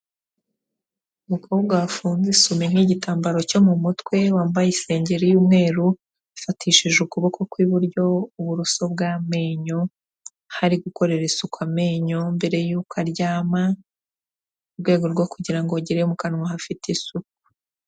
Umukobwa wafunze isume nk'igitambaro cyo mu mutwe, wambaye isengeri y'umweru, yafatishije ukuboko kw'iburyo uburoso bw'amenyo, aho ari gukorera isuku amenyo mbere y'uko aryama mu rwego rwo kugira ngo agire mu kanwa hafite isuku.